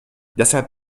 deshalb